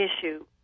issue